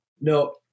No